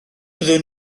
byddwn